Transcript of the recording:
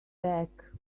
back